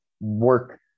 work